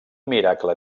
miracle